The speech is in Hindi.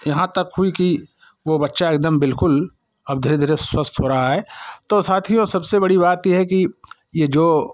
यहाँ तक हुई कि वो बच्चा एकदम बिल्कुल अब धीरे धीरे स्वस्थ हो रहा है तो साथियों सबसे बड़ी बात ये है कि ये जो